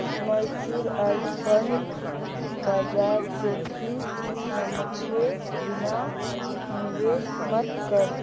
mutual फंडत बाजार जोखिम समझे बिना निवेश मत कर